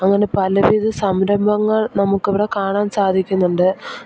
അങ്ങനെ പലവിധ സംരഭങ്ങൾ നമുക്ക് ഇവിടെ കാണാൻ സാധിക്കുന്നുണ്ട്